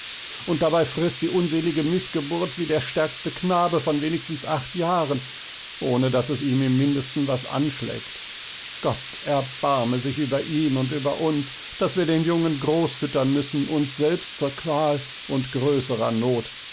und dabei frißt die unselige mißgeburt wie der stärkste knabe von wenigstens acht jahren ohne daß es ihm im mindesten was anschlägt gott erbarme sich über ihn und über uns daß wir den jungen groß füttern müssen uns selbst zur qual und größerer not